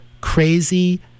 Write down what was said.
crazy